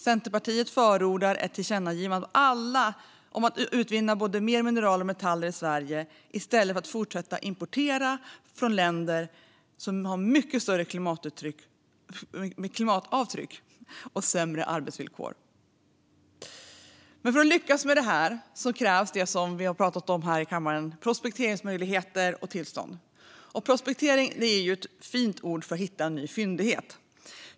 Centerpartiet förordar ett tillkännagivande om att utvinna mer mineral och metaller i Sverige i stället för att fortsätta importera från länder som har mycket större klimatavtryck och sämre arbetsvillkor. För att lyckas med detta krävs det, som vi har pratat om här i kammaren, prospekteringsmöjligheter och tillstånd. Prospektering är ett fint ord för att hitta en ny fyndighet.